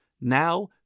Now